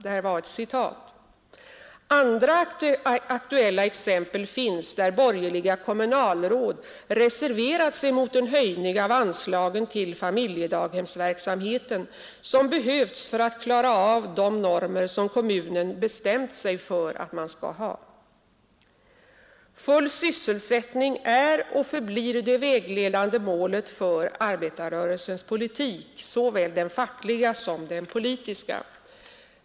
Det finns också aktuella exempel på att borgerliga kommunalråd reserverat sig mot den höjning av anslagen till familjedaghemsverksamheten som behövs för att man skulle klara av de normer som kommunen bestämt sig för. Full sysselsättning är och förblir det vägledande målet för arbetarrörelsen — såväl den fackliga som den politiska.